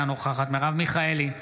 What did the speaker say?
אינה נוכחת מרב מיכאלי,